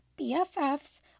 BFFs